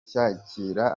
cyakira